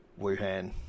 Wuhan